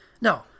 No